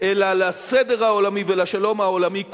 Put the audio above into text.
אלא לסדר העולמי ולשלום העולמי כולו.